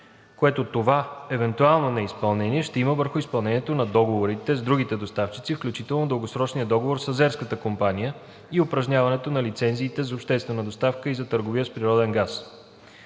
което това евентуално неизпълнение ще има върху изпълнението на договорите с другите доставчици, включително дългосрочния договор с азерската компания и упражняването на лицензиите за обществена доставка и за търговия с природен газ.